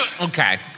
okay